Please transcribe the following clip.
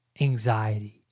anxiety